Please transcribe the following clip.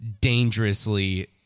dangerously